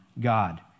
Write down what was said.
God